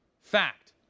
Fact